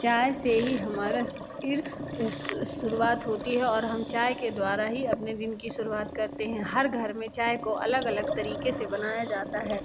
चाय से ही हमारा इर शुरुवात होती है और हम चाय के द्वारा ही अपने दिन कि शुरुवात करते हैं हर घर में चाय को अलग अलग तरीके से बनाया जाता है